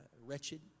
wretched